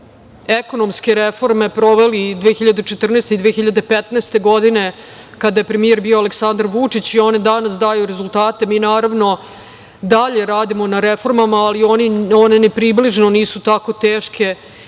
ekonomske reforme sproveli 2014. i 2015. godine, kada je premijer bio Aleksandar Vučić i one i danas daju rezultate. Naravno, mi dalje radimo na reformama, ali one ni približno nisu tako teške